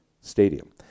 stadium